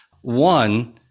one